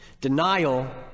Denial